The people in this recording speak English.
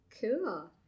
cool